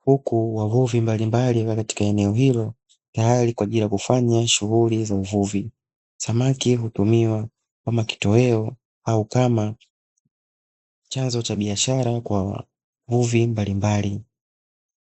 huku wavuvi mbalimbali wakiwa katika eneo hilo tayari kwa ajili ya kufanya shughuli za uvuvi. Samaki hutumiwa kama kitoweo au kama chanzo cha biashara kwa wavuvi mbalimbali.